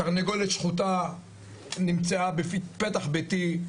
תרנגולת שחוטה נמצאה בפתח ביתי,